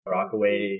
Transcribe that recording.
Rockaway